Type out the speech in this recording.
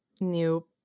new